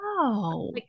Wow